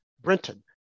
Brenton